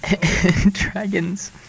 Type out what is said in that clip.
Dragons